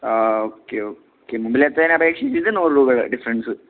ആ okay okay മുമ്പിലത്തേനെ അപേക്ഷിച്ചിട്ട് നൂറ് രൂപയുടെ ഡിഫറെൻസ്